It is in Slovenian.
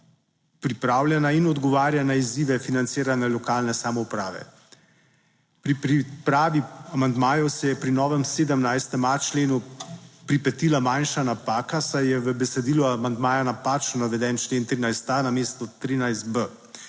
pripravljena in odgovarja na izzive financiranja lokalne samouprave. Pri pripravi amandmajev se je pri novem 17.a členu pripetila manjša napaka, saj je v besedilu amandmaja napačno naveden člen 13.a namesto 13.b.